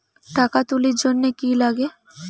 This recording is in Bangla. টাকা তুলির জন্যে কি লাগে?